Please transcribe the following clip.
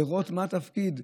לראות מה התפקיד.